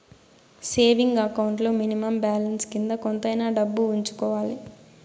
saving account లో minimum balance కింద కొంతైనా డబ్బు ఉంచుకోవాలి